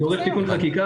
זה דורש תיקון חקיקה.